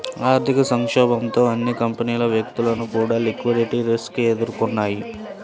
ఆర్థిక సంక్షోభంతో అన్ని కంపెనీలు, వ్యక్తులు కూడా లిక్విడిటీ రిస్క్ ఎదుర్కొన్నయ్యి